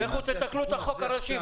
אז לכו תתקנו את החוק הראשי.